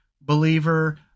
believer